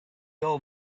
old